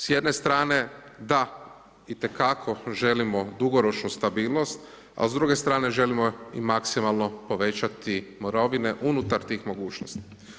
S jedne strane da, itekako želimo dugoročnu stabilnost, a s druge strane želimo i maksimalno povećati mirovine unutar tih mogućnosti.